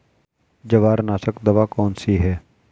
जवारनाशक दवा कौन सी है?